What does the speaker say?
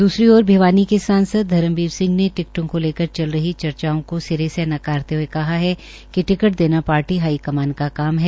दूसरी ओर भिवानी के सांसद धर्मवीर सिंह ने टिक्टों को लेकर चलरही चर्चाओं को सिरे से नकारते हये कहा कि टिकट देना पार्टी हाईकमान का काम है